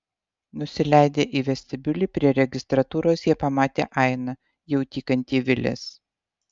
nusileidę į vestibiulį prie registratūros jie pamatė ainą jau tykantį vilės